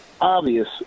obvious